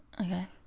Okay